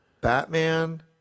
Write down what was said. Batman